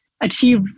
achieve